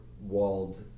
walled